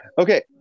Okay